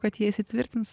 kad jie įsitvirtins